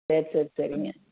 சேரி சேரி சரிங்க